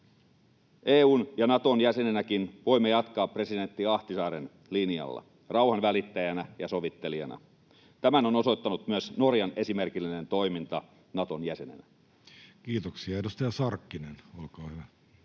EU:n ja Naton jäsenenäkin voimme jatkaa presidentti Ahtisaaren linjalla rauhanvälittäjänä ja sovittelijana. Tämän on osoittanut myös Norjan esimerkillinen toiminta Naton jäsenenä. Kiitoksia. — Edustaja Sarkkinen, olkaa hyvä.